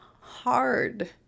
hard